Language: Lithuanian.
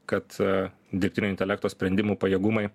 kad a dirbtinio intelekto sprendimų pajėgumai